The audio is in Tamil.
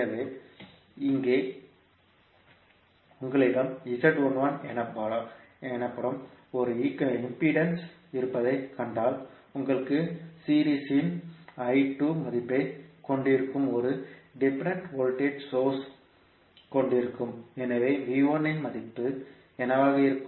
எனவே இங்கே உங்களிடம் எனப்படும் ஒரு இம்பிடேன்ஸ் இருப்பதைக் கண்டால் உங்களுடன் சீரிஸ் இன் மதிப்பைக் கொண்டிருக்கும் ஒரு டிபெண்டன்ட் வோல்டேஜ் சோர்ஸ் ஐ கொண்டிருக்கும் எனவே இன் மதிப்பு என்னவாக இருக்கும்